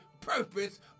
purpose